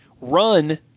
run